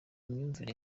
imyumvire